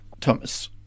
Thomas